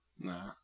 Nah